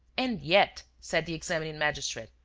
and yet, said the examining magistrate,